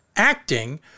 Acting